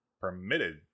permitted